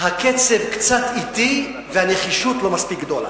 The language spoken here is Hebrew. הקצב קצת אטי והנחישות לא מספיק גדולה.